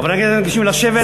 חברי הכנסת מתבקשים לשבת,